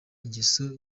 ingeso